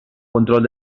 control